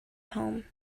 home